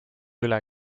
üle